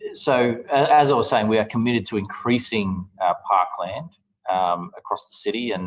and so, as i was saying, we are committed to increasing our parkland across the city, and